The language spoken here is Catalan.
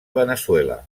veneçuela